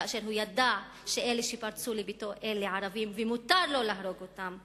כאשר הוא ידע שאלה שפרצו לביתו הם ערבים ומותר לו להרוג אותם.